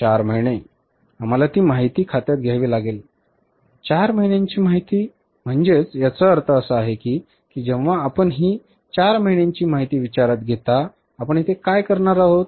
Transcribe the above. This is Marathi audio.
4 महिने आम्हाला ती माहिती खात्यात घ्यावी लागेल ती म्हणजे 4 महिन्यांची माहिती म्हणजे याचा अर्थ असा आहे की जेव्हा आपण ही 4 महिन्यांची माहिती विचारात घेता आपण येथे काय करणार आहोत